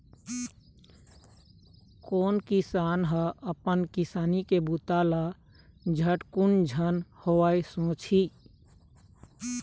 कोन किसान ह अपन किसानी के बूता ल झटकुन झन होवय सोचही